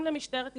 אם למשטרת ישראל,